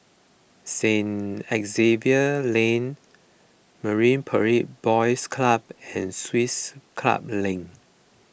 Saint Xavier's Lane Marine Parade Boys Club and Swiss Club Link